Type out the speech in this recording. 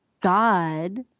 God